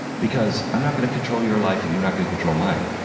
because i'm not gonna control your life and you're not gonna control mine.